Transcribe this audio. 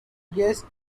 guest